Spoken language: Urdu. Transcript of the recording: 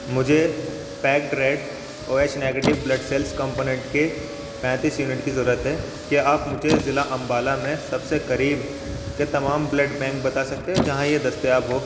مجھے packed red O H negative blood cells component کے پینتیس یونٹ کی ضرورت ہے کیا آپ مجھے ضلع انبالہ میں سب سے قریب کے تمام بلڈ بینک بتا سکتے ہو جہاں یہ دستیاب ہو